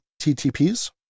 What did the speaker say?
TTPs